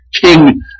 King